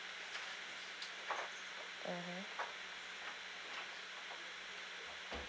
mmhmm